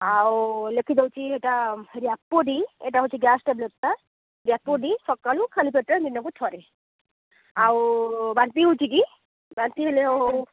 ଆଉ ଲେଖି ଦେଉଛି ଏଇଟା ହେଲା ଲ୍ୟାପୋଡ଼ି ଏଇଟା ହଉଛି ଗ୍ୟାସ୍ ଟାବ୍ଲେଟ୍ଟା ଲ୍ୟାପୋଡ଼ି ସକାଳୁ ଖାଲି ପେଟରେ ଦିନକୁ ଥରେ ଆଉ ବାନ୍ତି ହେଉଛି କି ବାନ୍ତି ହେଲେ ହଉ ହଉ